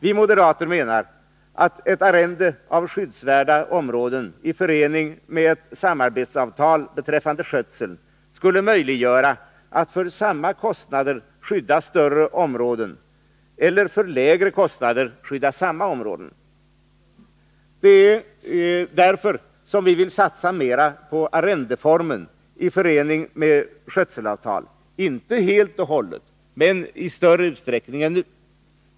Vi moderater menar att ett arrende av skyddsvärda områden i förening med ett samarbetsavtal beträffande skötseln skulle möjliggöra att för samma kostnader skydda större områden eller för lägre kostnader skydda samma områden. Det är därför som vi vill satsa mera på arrendeformen i förening med skötselavtal — inte helt och hållet men i större utsträckning än nu.